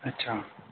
अच्छा